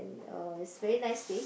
ya it's very nice place